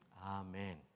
Amen